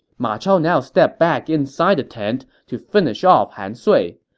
ma chao now stepped back inside the tent to finish off han sui,